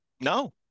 no